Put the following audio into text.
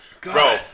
Bro